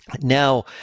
Now